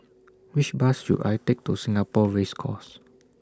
Which Bus should I Take to Singapore Race Course